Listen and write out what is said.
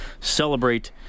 Celebrate